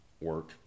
work